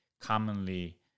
commonly